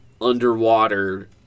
underwater